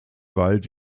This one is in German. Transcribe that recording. weil